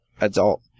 adult